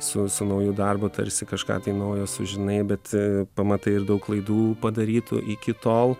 su su nauju darbu tarsi kažką naujo sužinai bet pamatai ir daug klaidų padarytų iki tol